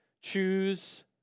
choose